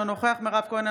אינו נוכח מירב כהן,